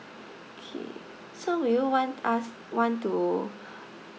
okay so will you want us want to